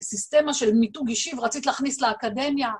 סיסטמה של מיתוג אישי ורצית להכניס לאקדמיה.